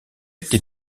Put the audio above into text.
été